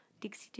Dixie